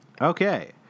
Okay